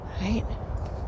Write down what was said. Right